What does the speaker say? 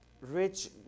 rich